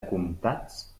comptats